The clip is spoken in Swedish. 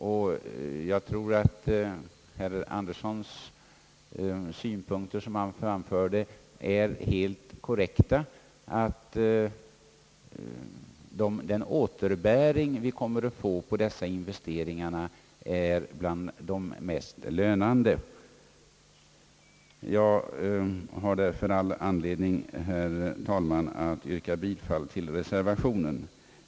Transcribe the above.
De synpunkter herr Andersson framförde är helt korrekta, nämligen att den återbäring vi kommer att få på dessa investeringar är bland de mest lönande. Jag har därför, herr talman, all anledning att yrka bifall till reservationen.